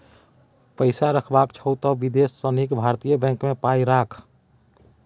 पैसा रखबाक छौ त विदेशी सँ नीक भारतीय बैंक मे पाय राख